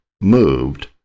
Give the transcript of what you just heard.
moved